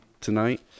tonight